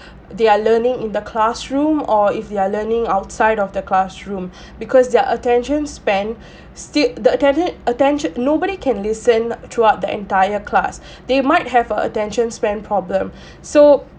they are learning in the classroom or if they're learning outside of the classroom because their attention span sti~ the attention attention nobody can listen throughout the entire class they might have a attention span problem so